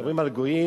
מדברים על גויים.